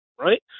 Right